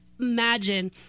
imagine